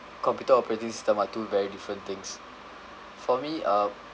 computer operating system are two very different things for me um